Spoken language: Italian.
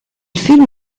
film